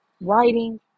writing